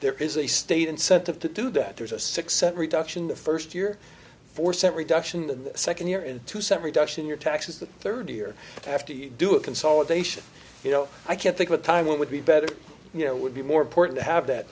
there is a state incentive to do that there's a six cent reduction the first year for cent reduction and the second year in two separate auction your taxes the third year have to do a consolidation you know i can't think of a time when would be better you know would be more important to have that